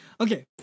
Okay